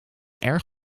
erg